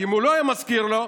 כי אם הוא לא היה מזכיר לו,